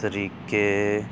ਤਰੀਕੇ